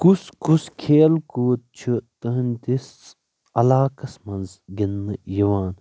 کُس کُس کھیل کوٗد چھُ تُہندس علاقس منٛز گِندنہٕ یِوان